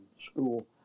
school